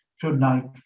tonight